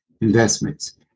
investments